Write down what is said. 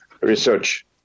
research